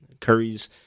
Curry's